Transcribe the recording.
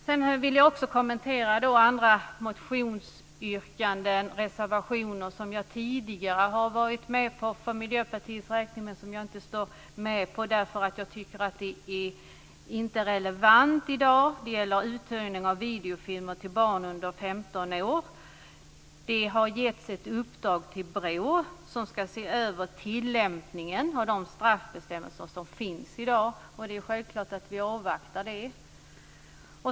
Sedan vill jag också kommentera andra motionsyrkanden och reservationer som jag tidigare har varit med om för Miljöpartiets räkning, men som jag inte längre är med om därför att jag tycker att de inte är relevanta i dag. Det gäller uthyrning av videofilmer till barn under 15 år. Det har getts ett uppdrag till BRÅ, som ska se över tillämpningen av de straffbestämmelser som finns i dag. Det är självklart att vi avvaktar det.